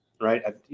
Right